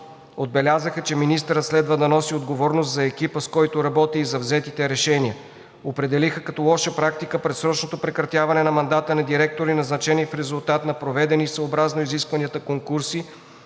Отбелязаха, че министърът следва да носи отговорност за екипа, с който работи, и за взетите решения. Определиха като лоша практика предсрочното прекратяване на мандата на директори, назначени в резултат на проведени съобразно изискванията конкурси,